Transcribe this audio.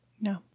No